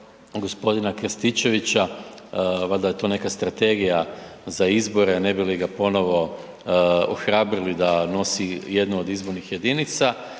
gospodina Krstičevića, valjda je to neka strategija za izbore ne bi li ga ponovo ohrabrili da nosi jednu o izbornih jedinica,